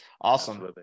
Awesome